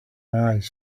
eyes